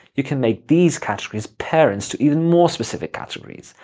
you can make these categories parents to even more specific categories.